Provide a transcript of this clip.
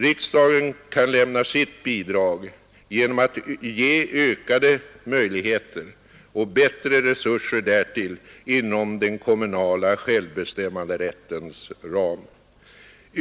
Riksdagen kan lämna sitt bidrag genom att ge ökade möjligheter och bättre resurser därtill inom den kommunala självbestämmanderättens ram.